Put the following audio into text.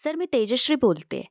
sir मी तेजश्री बोलते